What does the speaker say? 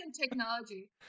technology